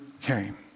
came